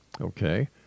Okay